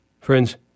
Friends